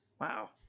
Wow